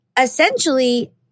Essentially